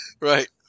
Right